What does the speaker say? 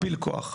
מכפיל כוח.